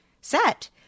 set –